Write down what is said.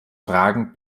fragen